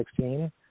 2016